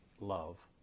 love